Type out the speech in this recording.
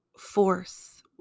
force